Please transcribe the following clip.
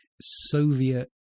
Soviet